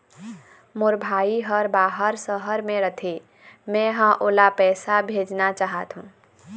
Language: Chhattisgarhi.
मोर भाई हर बाहर शहर में रथे, मै ह ओला पैसा भेजना चाहथों